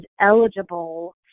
eligible